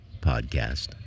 podcast